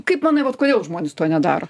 kaip manai vat kodėl žmonės to nedaro